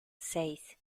seis